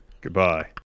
Goodbye